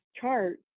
chart